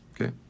Okay